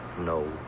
no